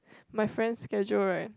my friend's schedule right